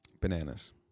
bananas